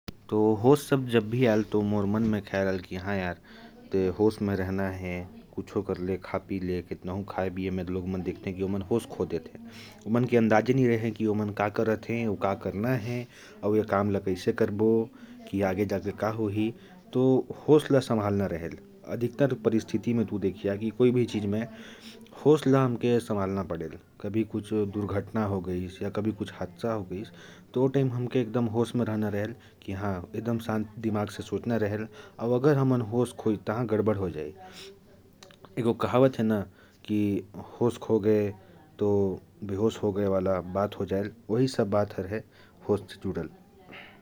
"होश" शब्द आए तो, दिमाग में सबसे पहले यही आता है। जैसे, खाने-पीने में अक्सर लोग होश खो देते हैं। कभी कोई हादसा हो जाए तो आदमी को एकदम होश में रहना पड़ता है, शांत दिमाग से सोचकर काम करना चाहिए, और होश में रहना चाहिए। जोश में होश नहीं खोना चाहिए।